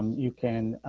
you can